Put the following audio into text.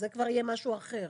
זה כבר יהיה משהו אחר.